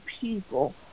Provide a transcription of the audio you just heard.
people